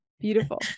Beautiful